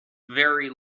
very